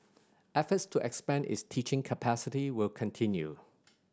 efforts to expand its teaching capacity will continue